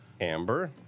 Amber